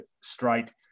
straight